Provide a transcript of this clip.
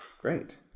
Great